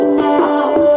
now